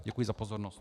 Děkuji za pozornost.